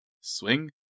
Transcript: swing